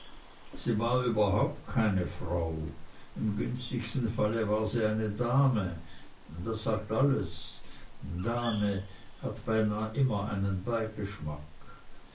sie war überhaupt keine frau im günstigsten fall war sie eine dame das sagt alles dame hat beinah immer einen beigeschmack